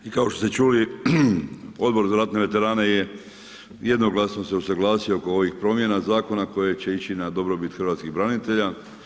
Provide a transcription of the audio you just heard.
I kao što ste čuli, Odbor za ratne veterane je jednoglasno se usuglasio oko ovih promjena Zakona koje će ići na dobrobit hrvatskih branitelja.